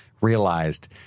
realized